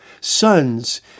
sons